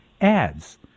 ads